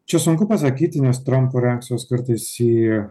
čia sunku pasakyti nes trampo reakcijos kartais į